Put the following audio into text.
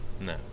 No